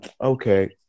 okay